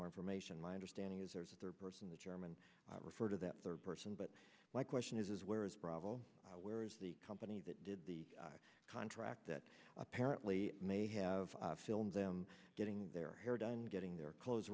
more information my understanding is there's a third person the chairman refer to that third person but my question is where is bravo where is the company that did the contract that apparently may have filmed them getting their hair done getting their clothes